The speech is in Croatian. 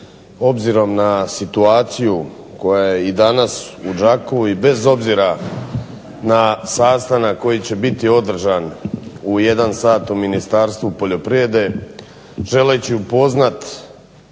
obzirom na situaciju koja je i danas u Đakovu i bez obzira na sastanak koji će biti održan u 13,00 sati u Ministarstvu poljoprivrede, želeći upoznati